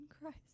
Christ